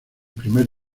primer